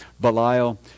Belial